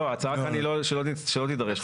לא, ההצעה כאן שלא תידרש חוות דעת.